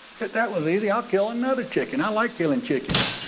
that was easy, i'll kill another chicken. i like killing chickens.